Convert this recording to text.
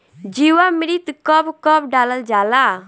जीवामृत कब कब डालल जाला?